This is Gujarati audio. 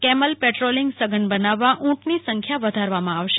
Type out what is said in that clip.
કેમલ પેટ્રોલીગ સઘન બનાવવા ઉટની સંખ્યા વધારવામાં આવશે